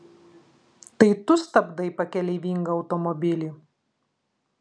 tai tu stabdai pakeleivingą automobilį